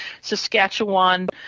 Saskatchewan